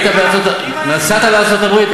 נסעת לארצות-הברית?